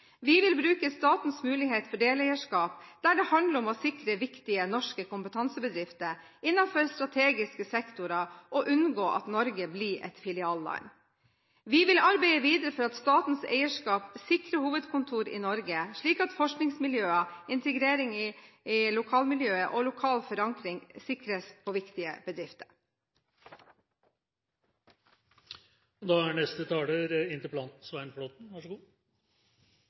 Vi vil bruke statens muligheter for deleierskap, der det handler om å sikre viktige norske kompetansebedrifter innenfor strategiske sektorer og unngå at Norge blir et filialland. Vi vil arbeide videre for at statens eierskap sikrer hovedkontor i Norge, slik at forskningsmiljøer, integrering i lokalmiljøet og lokal forankring sikres på viktige bedrifter.